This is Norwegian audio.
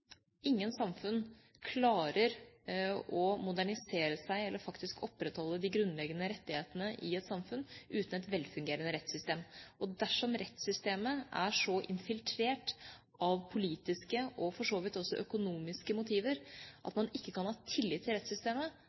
Ingen samfunn klarer å modernisere seg, eller å opprettholde de grunnleggende rettighetene i samfunnet, uten et velfungerende rettssystem. Og dersom rettssystemet er så infiltrert av politiske og for så vidt også økonomiske motiver at man ikke kan ha tillit til rettssystemet,